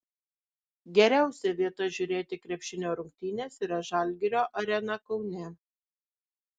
geriausia vieta žiūrėti krepšinio rungtynes yra žalgirio arena kaune